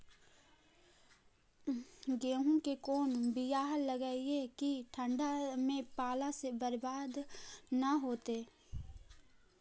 गेहूं के कोन बियाह लगइयै कि ठंडा में पाला से बरबाद न होतै?